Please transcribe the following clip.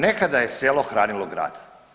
Nekada je selo hranilo grad.